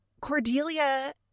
Cordelia